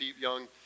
young